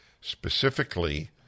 Specifically